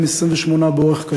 ובהם 28 באורח קשה.